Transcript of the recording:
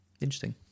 Interesting